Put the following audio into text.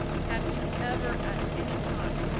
have you ever at any time